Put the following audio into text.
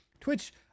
Twitch